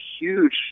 huge